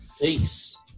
Peace